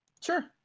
Sure